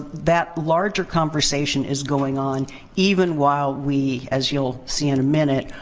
that larger conversation is going on even while we, as you'll see in a minute,